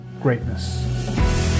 greatness